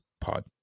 Pod